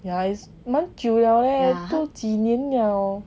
yeah 也是蛮久 liao leh 都要几年 liao